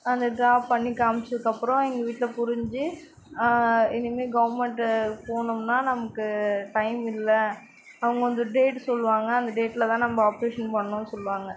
அதை ட்ரா பண்ணி காமிச்சதுக்கப்றம் எங்கள் வீட்டில் புரிஞ்சு இனிமேல் கவுர்மெண்ட்டு போனோம்னா நமக்கு டைம் இல்லை அவங்க வந்து டேட்டு சொல்வாங்க அந்த டேட்டில் தான் நம்ம ஆப்ரேஷன் பண்ணணும்னு சொல்வாங்க